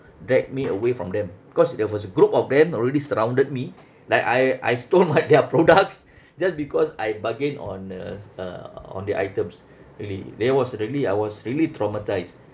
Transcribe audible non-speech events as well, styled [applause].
drag me away from them because there was a group of them already surrounded me like I I stole [laughs] like their products just because I bargain on uh uh on their items really that was really I was really traumatised